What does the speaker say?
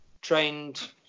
trained